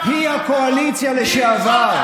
לאחר שהודה בעבירות נוספות,